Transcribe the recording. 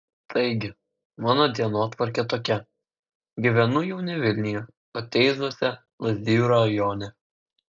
taigi mano dienotvarkė tokia gyvenu jau ne vilniuje o teizuose lazdijų rajone